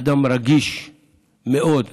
אדם רגיש מאוד לזולת,